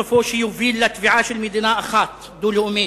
סופו שיוביל לתביעה של מדינה אחת דו-לאומית.